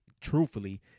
truthfully